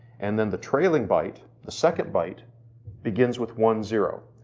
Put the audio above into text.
and then the trailing byte, the second bite begins with one-zero.